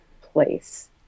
place